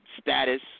status